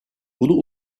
bunu